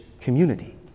community